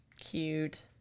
Cute